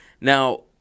Now